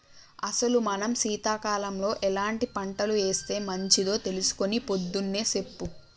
అసలు మనం సీతకాలంలో ఎలాంటి పంటలు ఏస్తే మంచిదో తెలుసుకొని పొద్దున్నే సెప్పు